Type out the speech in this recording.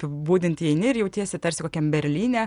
apibūdint įeini ir jautiesi tarsi kokiam berlyne